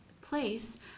place